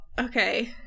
Okay